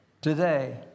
today